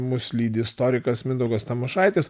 mus lydi istorikas mindaugas tamošaitis